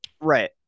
Right